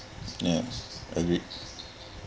ya agree